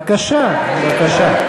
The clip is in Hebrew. בבקשה, בבקשה.